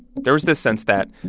there was this sense that,